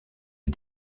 les